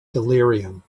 delirium